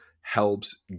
helps